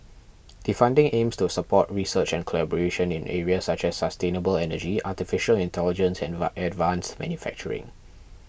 the funding aims to support research and collaboration in areas such as sustainable energy Artificial Intelligence and advanced manufacturing